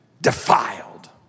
defiled